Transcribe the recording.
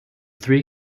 three